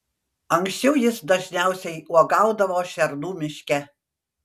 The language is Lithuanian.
anksčiau jis dažniausiai uogaudavo šernų miške